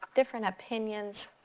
different opinions.